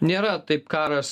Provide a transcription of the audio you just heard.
nėra taip karas